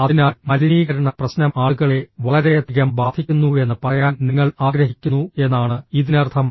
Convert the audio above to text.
അതിനാൽ മലിനീകരണ പ്രശ്നം ആളുകളെ വളരെയധികം ബാധിക്കുന്നുവെന്ന് പറയാൻ നിങ്ങൾ ആഗ്രഹിക്കുന്നു എന്നാണ് ഇതിനർത്ഥം